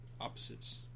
opposites